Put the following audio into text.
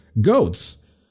GOATS